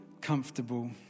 comfortable